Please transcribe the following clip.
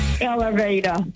Elevator